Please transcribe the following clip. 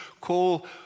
call